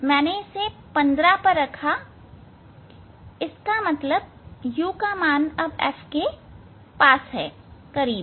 मैंने इसे 15 पर रखा इसका मतलब है कि u का मान अब f के करीब है